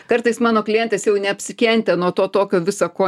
kartais mano klientės jau neapsikentę nuo to tokio visa ko